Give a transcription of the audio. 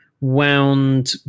wound